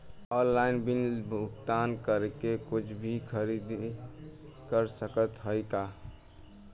Online bill भुगतान करके कुछ भी खरीदारी कर सकत हई का?